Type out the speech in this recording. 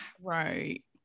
right